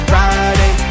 Friday